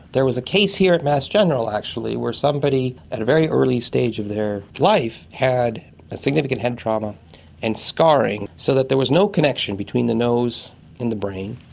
there was a case here at mass general actually where somebody at a very early stage of their life had a significant head trauma and scarring, so that there was no connection between the nose and the brain,